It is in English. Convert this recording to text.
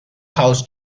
house